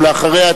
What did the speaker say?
ואחריה,